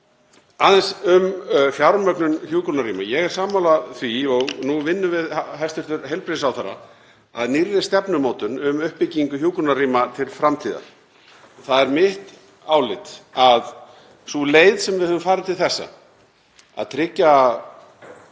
aðeins um fjármögnun hjúkrunarrýma. Ég er sammála því og nú vinnum við hæstv. heilbrigðisráðherra að nýrri stefnumótun um uppbyggingu hjúkrunarrýma til framtíðar. Það er mitt álit að sú leið sem við höfum farið til þessa, að tryggja